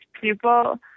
people